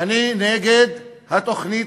נעזרנו